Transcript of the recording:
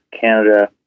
Canada